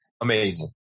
Amazing